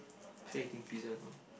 feel like eating pizza now